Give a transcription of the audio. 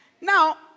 Now